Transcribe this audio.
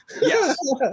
Yes